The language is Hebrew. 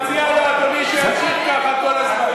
מציע לאדוני שימשיך ככה כל הזמן.